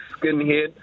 skinhead